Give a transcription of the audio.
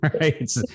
Right